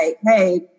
hey